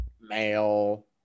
male